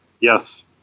yes